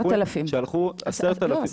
אומת הדמוקרטיה הכניסה פחות מ-100 אזרחים אוקראינים.